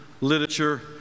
literature